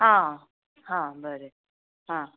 आं हां बरें हां